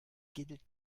gilt